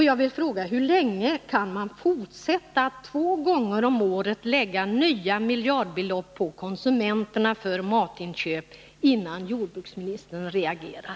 Jag vill fråga: Hur länge kan man fortsätta att två gånger om året lägga nya miljardbelopp på konsumenterna för matinköp, innan jordbruksministern reagerar?